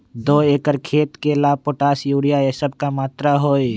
दो एकर खेत के ला पोटाश, यूरिया ये सब का मात्रा होई?